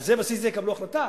על בסיס זה יקבלו החלטה?